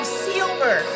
silver